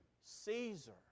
Caesar